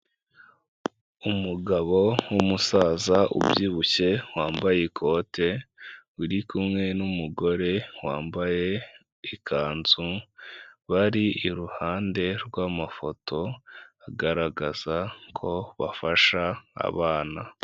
Umugabo w'umusaza ubyibushye, wambaye ikote uri kumwe n'umugore wambaye ikanzu, bari iruhande rw'amafoto agaragaza ko bafasha abana.